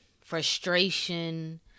frustration